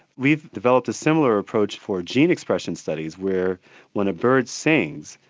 we've developed a similar approach for gene expression studies where when a bird sings,